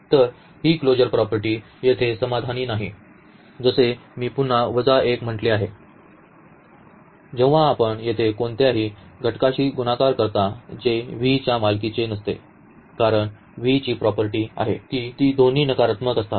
तर ही closure property येथे समाधानी नाही जसे मी पुन्हा 1 म्हटले आहे जेव्हा आपण येथे कोणत्याही घटकाशी गुणाकार करता जे V च्या मालकीचे नसते कारण V ची प्रॉपर्टी आहे की ती दोन्ही नकारात्मक असतात